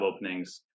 openings